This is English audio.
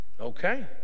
Okay